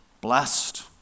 blessed